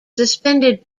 suspended